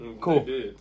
Cool